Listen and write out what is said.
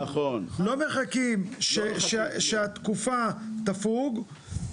לא מחכים שהתקופה תפוג,